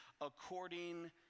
according